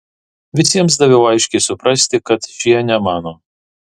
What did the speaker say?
visiems daviau aiškiai suprasti kad šie ne mano